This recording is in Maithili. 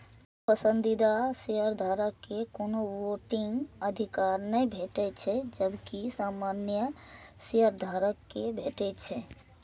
पसंदीदा शेयरधारक कें कोनो वोटिंग अधिकार नै भेटै छै, जबकि सामान्य शेयधारक कें भेटै छै